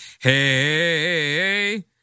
hey